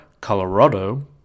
Colorado